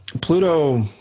Pluto